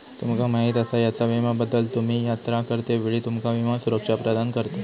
तुमका माहीत आसा यात्रा विम्याबद्दल?, तुम्ही यात्रा करतेवेळी तुमका विमा सुरक्षा प्रदान करता